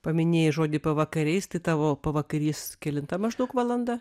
paminėjai žodį pavakariais tai tavo pavakarys kelinta maždaug valanda